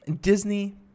Disney